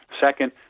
Second